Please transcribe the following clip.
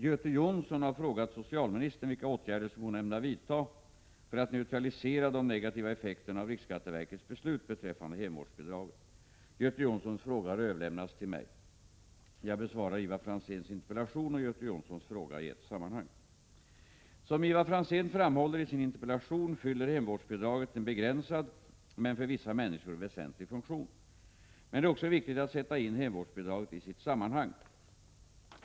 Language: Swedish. Göte Jonsson har frågat socialministern vilka åtgärder som hon ämnar vidta för att neutralisera de negativa effekterna av riksskatteverkets beslut beträffande hemvårdsbidraget. Göte Jonssons fråga har överlämnats till mig. Jag besvarar Ivar Franzéns interpellation och Göte Jonssons fråga i ett sammanhang. Som Ivar Franzén framhåller i sin interpellation fyller hemvårdsbidraget en begränsad men för vissa människor väsentlig funktion. Men det är också viktigt att sätta in hemvårdsbidraget i sitt sammanhang.